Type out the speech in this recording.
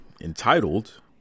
entitled